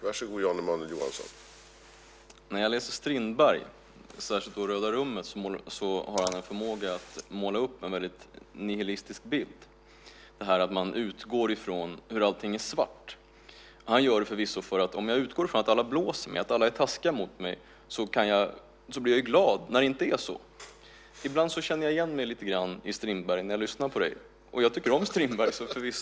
Herr talman! Strindberg har särskilt i Röda rummet en förmåga att måla upp en nihilistisk bild. Han utgår från att allt är svart. Om jag utgår från att alla blåser mig och är taskiga emot mig blir jag glad när det inte är så. Ibland känner jag igen mig lite grann i Strindberg när jag lyssnar på dig.